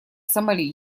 сомали